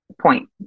point